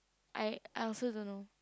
I I also don't know